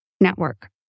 network